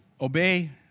obey